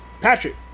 patrick